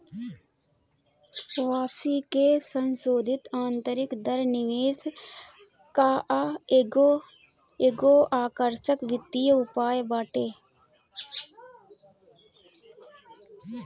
वापसी के संसोधित आतंरिक दर निवेश कअ एगो आकर्षक वित्तीय उपाय बाटे